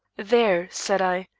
there, said i,